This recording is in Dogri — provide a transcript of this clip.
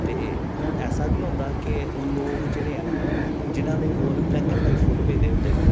ते हून ऐसा बी होंदा हून लोक जेह्ड़े हैन जिंदे कोल ब्लैक एण्ड वाईट फोटो पेदे होंदे न